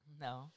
No